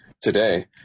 today